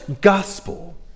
gospel